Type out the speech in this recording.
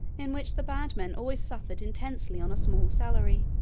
in which the bad man always suffered intensely on a small salary.